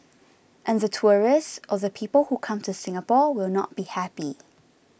and the tourists or the people who come to Singapore will not be happy